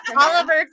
Oliver